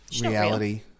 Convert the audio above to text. Reality